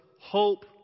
hope